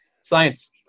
science